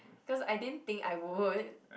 cause I didn't think I would